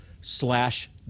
slash